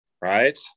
right